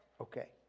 Okay